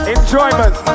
Enjoyment